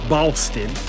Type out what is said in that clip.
Boston